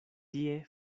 tie